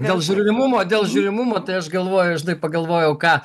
dėl žiūrimumo dėl žiūrimumo tai aš galvoju žinai pagalvojau ką